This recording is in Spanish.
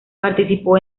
participó